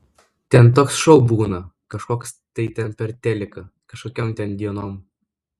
ten toks šou būna kažkoks tai ten per teliką kažkokiom ten dienom